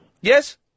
Yes